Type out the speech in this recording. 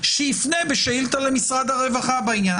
שיפנה בשאילתה למשרד הרווחה בעניין.